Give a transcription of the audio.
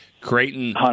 Creighton